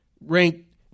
ranked